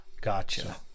Gotcha